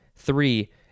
Three